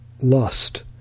lust